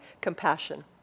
compassion